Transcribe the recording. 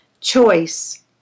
Choice